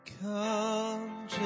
Come